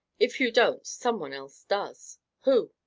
if you don't, some one else does. who?